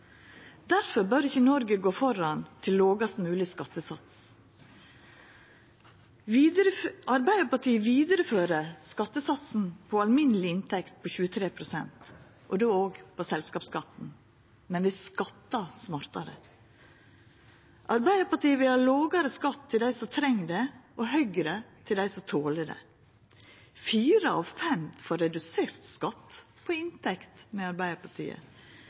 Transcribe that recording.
Derfor bør ikkje Noreg gå føre til lågast mogleg skattesats. Arbeidarpartiet vidareførar skattesatsen på alminneleg inntekt på 23 pst., og då òg på selskapsskatten, men vi skattar smartare. Arbeidarpartiet vil ha lågare skatt til dei som treng det, og høgare til dei som toler det. Fire av fem får redusert skatt på inntekt med Arbeidarpartiet,